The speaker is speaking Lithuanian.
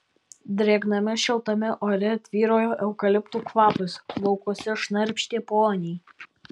drėgname šiltame ore tvyrojo eukaliptų kvapas laukuose šnarpštė poniai